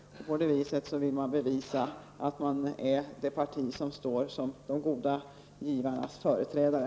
På det sättet vill man bevisa att socialdemokraterna är det parti som står som de goda givarnas företrädare.